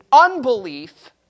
unbelief